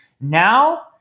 Now